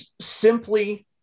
simply